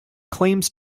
claims